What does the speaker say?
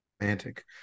romantic